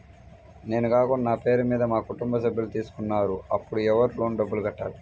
నేను కాకుండా నా పేరు మీద మా కుటుంబ సభ్యులు తీసుకున్నారు అప్పుడు ఎవరు లోన్ డబ్బులు కట్టాలి?